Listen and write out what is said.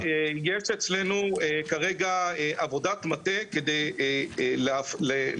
בכל מקרה יש אצלנו כרגע עבודת מטה כדי לאפיין